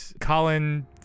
Colin